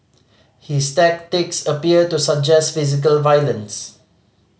his tactics appear to suggest physical violence